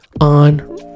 on